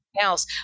else